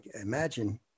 imagine